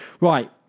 right